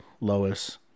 Lois